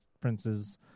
princes